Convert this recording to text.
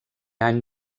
any